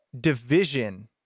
division